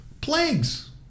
plagues